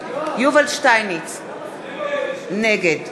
יובל שטייניץ, נגד